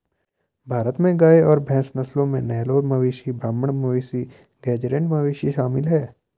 भारत में गाय और भैंस नस्लों में नेलोर मवेशी ब्राह्मण मवेशी गेज़रैट मवेशी शामिल है